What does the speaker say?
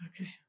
Okay